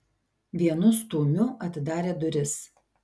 vienu stūmiu atidarė duris